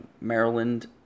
Maryland